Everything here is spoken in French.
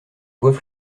voies